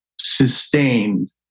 sustained